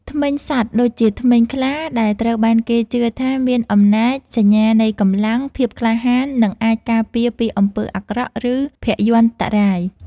ធ្មេញសត្វ ដូចជា ធ្មេញខ្លា ដែលត្រូវបានគេជឿថាមានអំណាច សញ្ញានៃកម្លាំង ភាពក្លាហាន និងអាចការពារពីអំពើអាក្រក់ ឬភយន្តរាយ។